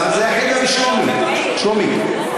זה "חדווה ושלומי" שלומיק.